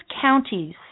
counties